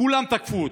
כולם תקפו אותה,